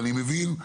ואני מבין,